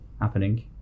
happening